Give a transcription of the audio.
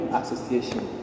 association